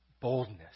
boldness